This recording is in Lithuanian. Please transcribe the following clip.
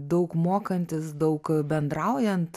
daug mokantis daug bendraujant